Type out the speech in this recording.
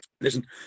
listen